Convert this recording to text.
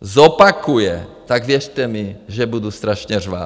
zopakuje, tak věřte mi, že budu strašně řvát.